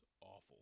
awful